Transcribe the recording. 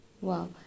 Wow